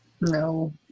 No